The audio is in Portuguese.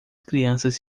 crianças